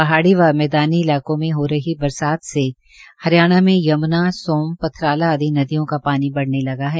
पहाड़ी व मैदानी इलाकों में हो रही बरसात से हरियाणा में यमुना सोम पथराला आदि नदियों मे पानी बढ़ने लगा है